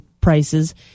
prices